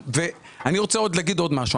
אני רוצה לומר עוד משהו.